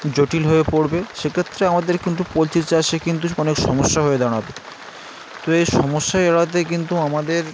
জটিল হয়ে পড়বে সেক্ষেত্রে আমাদের কিন্তু পোলচির চাষে কিন্তু অনেক সমস্যা হয়ে দাঁড়তে তো এই সমস্যা এড়াতে কিন্তু আমাদের